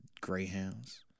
Greyhounds